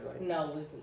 No